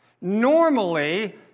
Normally